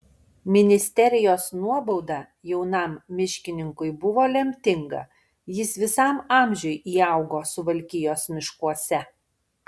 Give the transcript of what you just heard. ministerijos nuobauda jaunam miškininkui buvo lemtinga jis visam amžiui įaugo suvalkijos miškuose